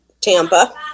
Tampa